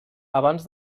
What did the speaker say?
abans